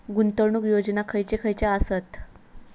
गुंतवणूक योजना खयचे खयचे आसत?